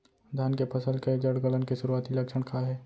धान के फसल के जड़ गलन के शुरुआती लक्षण का हे?